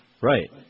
Right